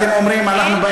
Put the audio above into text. אתם אומרים: אנחנו באים,